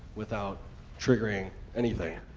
without triggering anything.